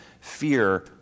fear